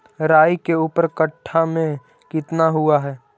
राई के ऊपर कट्ठा में कितना हुआ है?